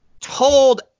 told